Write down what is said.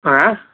हाँ